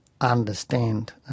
understand